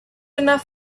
enough